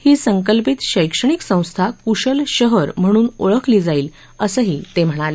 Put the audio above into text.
ही संकल्पित शैक्षणिक संस्था कुशल शहर म्हणून ओळखली जाईल असंही ते म्हणाले